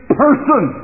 person